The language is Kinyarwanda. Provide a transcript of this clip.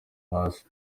hasi